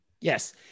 Yes